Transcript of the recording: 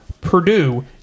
Purdue